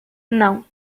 não